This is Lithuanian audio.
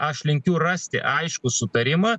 aš linkiu rasti aiškų sutarimą